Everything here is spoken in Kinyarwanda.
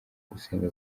gusenga